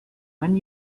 when